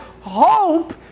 hope